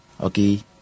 okay